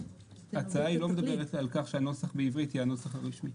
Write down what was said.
וההצעה לא מדברת על כך שהנוסח בעברית יהיה הנוסח הרשמי.